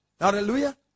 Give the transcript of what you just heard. Hallelujah